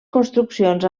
construccions